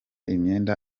imyenda